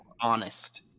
honest